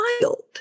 wild